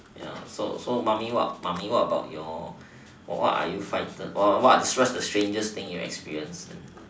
ya so so mummy what mummy what about your what are you frightened or what what's the strangest thing you've experienced